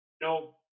no